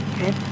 Okay